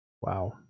wow